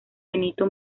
benito